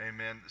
Amen